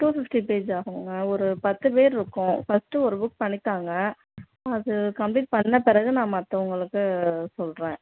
two fifty page ஆகுமுங்க ஒரு பத்து பேர் இருக்கோம் ஃபஸ்ட்டு ஒரு புக் பண்ணித் தாங்க அது கம்ப்ளீட் பண்ண பிறகு நான் மற்றவங்களுக்கு சொல்கிறேன்